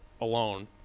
alone